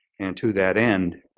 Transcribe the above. and to that end,